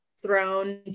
thrown